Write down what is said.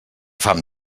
fam